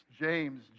James